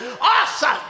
awesome